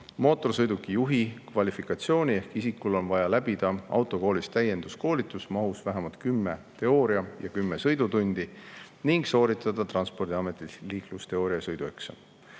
mootorsõiduki juhi kvalifikatsiooni ehk isikul on vaja läbida autokoolis täienduskoolitus mahus vähemalt 10 teooria- ja 10 sõidutundi ning sooritada Transpordiameti liiklusteooria- ja sõidueksam.